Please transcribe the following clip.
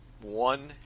one